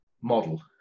model